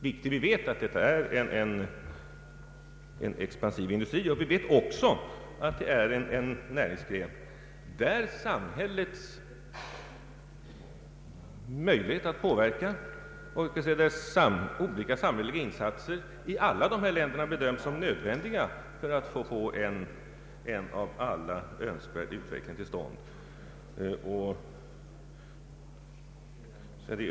Vi vet att det är en så expansiv industri, och vi vet också att det är en näringsgren där olika samhälleliga insatser av alla länder har bedömts såsom nödvändiga för att få en av alla önskvärd utveckling till stånd.